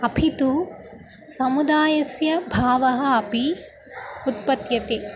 अपितु समुदायस्य भावः अपि उत्पद्यते